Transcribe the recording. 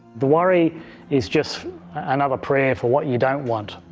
the worry is just another prayer for what you don't want.